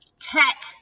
Tech